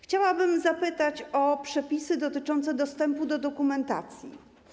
Chciałabym zapytać o przepisy dotyczące dostępu do dokumentacji.